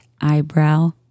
eyebrow